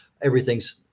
Everything's